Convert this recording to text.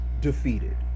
defeated